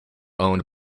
owned